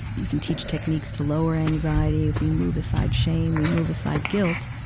you can teach techniques to lower anxiety. if we move aside shame, we move aside guilt,